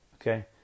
okay